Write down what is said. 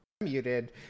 Muted